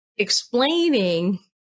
explaining